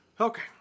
Okay